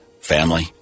Family